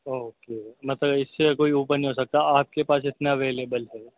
okay مطلب اس سے کوئی اوپر نہیں ہو سکتا آپ کے پاس اتنا اویلیبل ہے